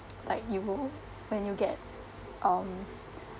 like you will when you get um